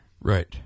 Right